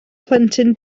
plentyn